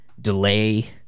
delay